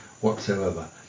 whatsoever